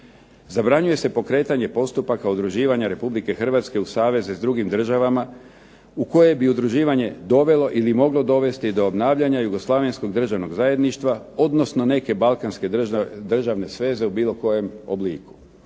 "Zabranjuje se pokretanje postupaka udruživanja RH u saveze s drugim državama u koje bi udruživanje dovelo ili moglo dovesti do obnavljanja Jugoslavenskog državnog zajedništva, odnosno neke balkanske državne sveze u bilo kojem obliku."